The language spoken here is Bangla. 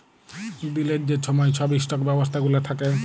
দিলের যে ছময় ছব ইস্টক ব্যবস্থা গুলা থ্যাকে